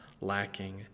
lacking